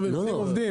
לא, עובדים עובדים.